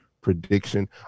prediction